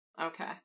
Okay